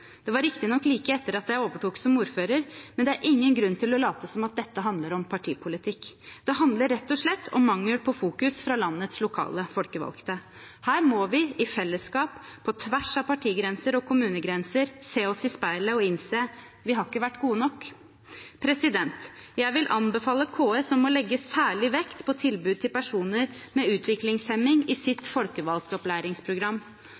Det var riktignok like etter at jeg overtok som ordfører, men det er ingen grunn til å late som om dette handler om partipolitikk. Det handler rett og slett om mangel på fokus fra landets lokale folkevalgte. Her må vi i fellesskap, på tvers av partigrenser og kommunegrenser, se oss i speilet og innse at vi ikke har vært gode nok. Jeg vil anbefale KS å legge særlig vekt på tilbud til personer med utviklingshemming i